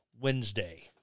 Wednesday